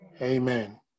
Amen